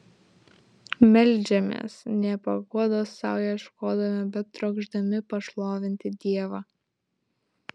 meldžiamės ne paguodos sau ieškodami bet trokšdami pašlovinti dievą